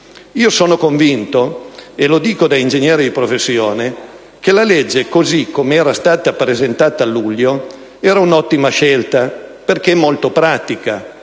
Io sono convinto, e lo dico da ingegnere di professione, che la legge così come era stata presentata a luglio era un'ottima scelta perché molto pratica,